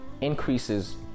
increases